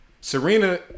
Serena